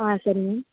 ஆ சரிங்க